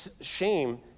shame